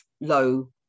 low